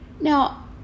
Now